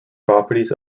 properties